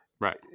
right